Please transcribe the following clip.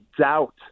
doubt